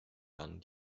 dann